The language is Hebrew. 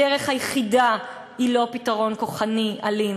הדרך היחידה היא לא פתרון כוחני, אלים.